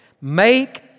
make